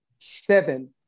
seven